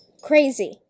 Crazy